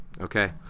Okay